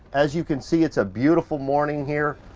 as you can see it's a beautiful morning here